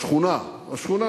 בשכונה, בשכונה.